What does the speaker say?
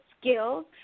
Skills